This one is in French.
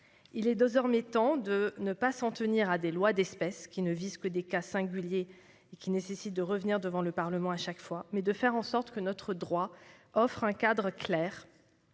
Il est désormais temps de ne pas s'en tenir à des lois d'espèce, qui ne visent que des cas singuliers et qui nécessitent de revenir devant le Parlement à chaque fois, et de faire en sorte que notre droit offre un cadre clair